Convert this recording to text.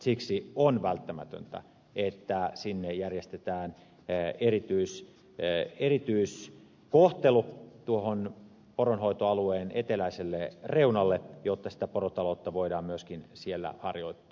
siksi on välttämätöntä että sinne järjestetään ja erityis ja erityis kohtelu erityiskohtelu poronhoitoalueen eteläiselle reunalle jotta porotaloutta voidaan myöskin siellä harjoittaa